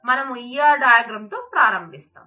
మనం E R diagram తో ప్రారంభిస్తాం